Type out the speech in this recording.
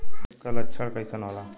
Leaf curl लक्षण कइसन होला?